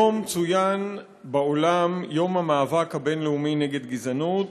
היום צוין בעולם יום המאבק הבין-לאומי נגד גזענות,